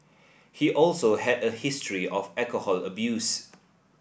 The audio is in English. he also had a history of alcohol abuse